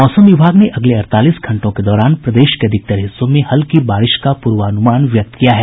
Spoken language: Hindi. मौसम विभाग ने अगले अड़तालीस घंटों के दौरान प्रदेश के अधिकतर हिस्सों में हल्की बारिश का प्रर्वानुमान व्यक्त किया है